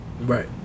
Right